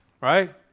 Right